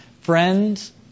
friends